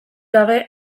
gabe